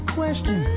question